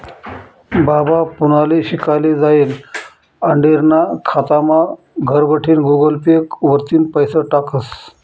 बाबा पुनाले शिकाले जायेल आंडेरना खातामा घरबठीन गुगल पे वरतीन पैसा टाकस